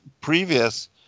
previous